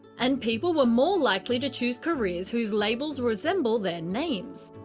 and people were more likely to choose careers whose labels resemble their names.